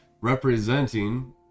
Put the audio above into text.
representing